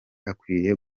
akwiriye